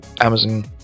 Amazon